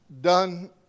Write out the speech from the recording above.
done